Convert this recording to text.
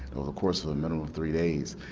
over the course of a minimum of three days,